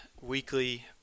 weekly